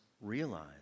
realize